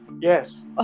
Yes